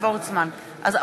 מצביע